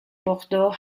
bordeaux